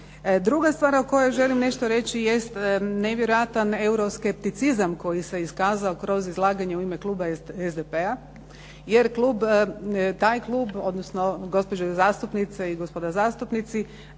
Druga stvar o kojoj želim nešto reći jest nevjerojatan euroskepticizam koji se iskazao kroz izlaganje u ime kluba SDP-a jer taj klub odnosno gospođe zastupnice i gospoda zastupnici